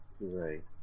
Right